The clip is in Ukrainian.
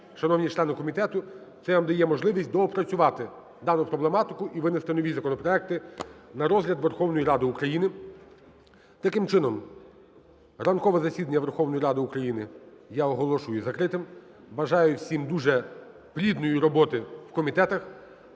шановні члени комітету, це вам дає можливість доопрацювати дану проблематику і винести нові законопроекти на розгляд Верховної Ради України. Таким чином, ранкове засідання Верховної Ради України я оголошую закритим. Бажаю всім дуже плідної роботи в комітетах.